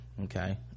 Okay